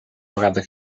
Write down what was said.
vegada